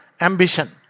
ambition